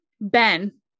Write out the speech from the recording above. Ben